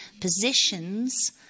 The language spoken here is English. positions